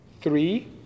three